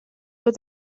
what